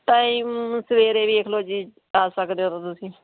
time ਸਵੇਰੇ ਵੇਖ ਲਓ ਜੀ ਆ ਸਕਦੇ ਹੋ ਤਾਂ ਤੁਸੀਂ